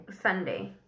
Sunday